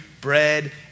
bread